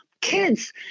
Kids